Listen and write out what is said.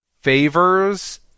favors